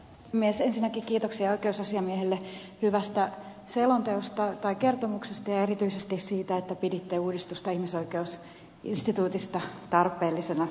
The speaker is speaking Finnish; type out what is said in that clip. ensinnäkin kiitoksia oikeusasiamiehelle hyvästä kertomuksesta ja erityisesti siitä että piditte uudistusta ihmisoikeusinstituutista tarpeellisena